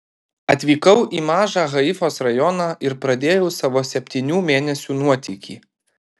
atvykau į mažą haifos rajoną ir pradėjau savo septynių mėnesių nuotykį